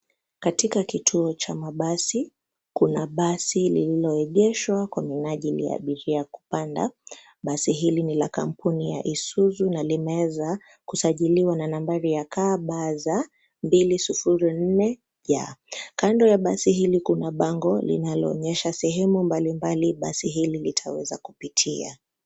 Katika kituo cha mabasi, kuna basi lililoegeshwa kwa minajili ya abiria kupanda, basi hili ni la kampuni ya Isuzu na limeweza, kusajiliwa na nambari ya KBZ 204J , kando ya basi hili kuna bango linaloonyesha sehemu mbalimbali basi hili litaweza kupitia.